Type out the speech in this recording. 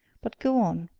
but go on.